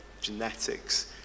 genetics